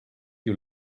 you